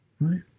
Right